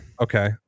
Okay